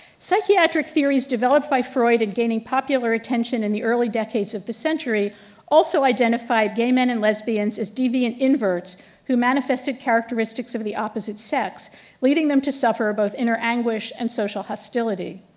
psychiatric theories developed by freud and gaining popular attention in the early decades of the century also identified gay men and lesbians as deviants and inverts who manifested characteristics of the opposite sex leading them to suffer both inner anguish and social hostility.